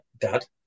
dad